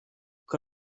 che